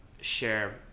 share